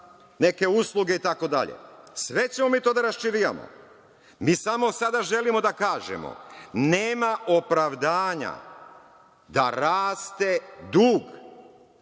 neke usluge itd. Sve ćemo mi to da raščivijamo. Mi samo sada želimo da kažemo - nema opravdanja da raste dug